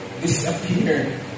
disappear